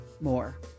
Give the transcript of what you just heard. More